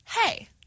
Hey